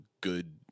good